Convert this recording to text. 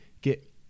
get